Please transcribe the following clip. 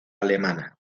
alemana